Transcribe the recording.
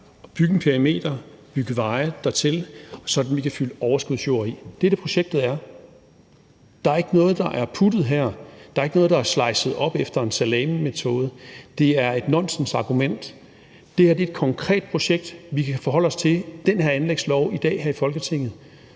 at lave en perimeter og bygge veje dertil, så vi kan fylde overskudsjord i. Det er det, projektet er. Der er ikke noget, der er puttet med her. Der er ikke noget, der er slicet op efter en salamimetode. Det er et nonsensargument. Det her er et konkret projekt. Vi kan forholde os til den her anlægslov i dag her i Folketinget.